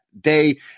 day